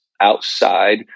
outside